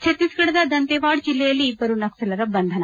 ಛತ್ತೀಸ್ಗಢದ ದಂತೇವಾದ ಜಿಲ್ಲೆಯಲ್ಲಿ ಇಬ್ಬರು ನಕ್ಸಲರ ಬಂಧನ